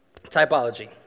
Typology